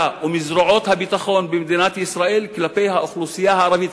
ומזרועות הביטחון כלפי האוכלוסייה הערבית,